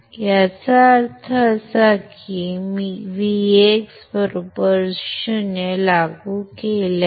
याचा अर्थ असा की मी Vx 0 लागू केल्यास